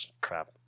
crap